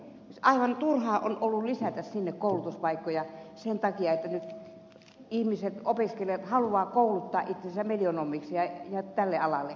aivan turhaa on ollut lisätä sinne koulutuspaikkoja sen takia että nyt ihmiset haluavat kouluttaa itsensä medianomeiksi ja sille alalle